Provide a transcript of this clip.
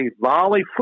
volley